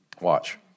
Watch